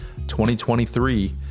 2023